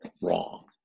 wrong